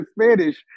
Spanish